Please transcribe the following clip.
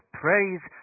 praise